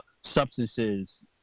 substances